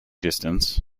distance